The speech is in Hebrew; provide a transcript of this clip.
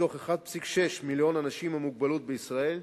מתוך 1.6 מיליון אנשים עם מוגבלות בישראל,